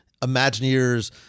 Imagineers